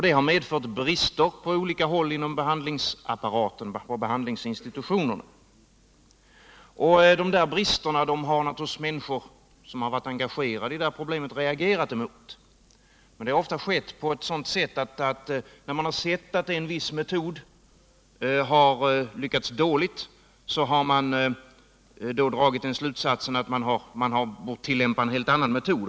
Det har medfört brister på olika håll inom behandlingsapparaten och behandlingsinstitutionerna. De bristerna har människor som varit engagerade i problemet naturligtvis reagerat mot. Men det har ofta skett på så sätt att när man sett att en viss metod lyckats dåligt har man dragit slutsatsen att man hade bort tillämpa en helt annan metod.